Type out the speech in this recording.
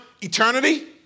eternity